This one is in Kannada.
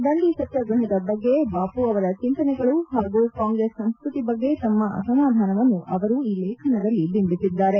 ದಂಡಿ ಸತ್ಪಾಗ್ರಹದ ಬಗ್ಗೆ ಬಾಮ ಅವರ ಚಿಂತನೆಗಳು ಹಾಗೂ ಕಾಂಗ್ರೆಸ್ ಸಂಸ್ಕತಿ ಬಗ್ಗೆ ತಮ್ಮ ಅಸಮಾಧಾನವನ್ನು ಅವರು ಈ ಲೇಖನದಲ್ಲಿ ಬಿಂಬಿಸಿದ್ದಾರೆ